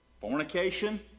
fornication